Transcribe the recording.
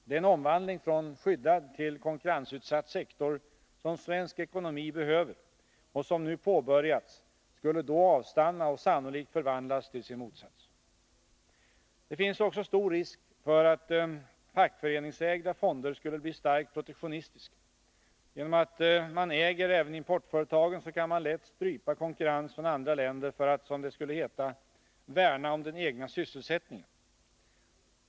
Den omvandling från skyddad till konkurrensutsatt sektor som svensk ekonomi behöver och som nu påbörjats skulle då avstanna och sannolikt förvandlas till sin motsats. Det finns också stor risk för att fackföreningsägda fonder skulle bli starkt protektionistiska. Genom att man äger importföretagen kan man lätt strypa konkurrensen från andra länder för att, som det skulle heta, värna om den egna sysselsättningen.